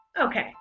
okay